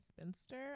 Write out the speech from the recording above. spinster